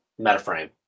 Metaframe